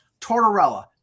Tortorella